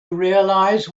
realize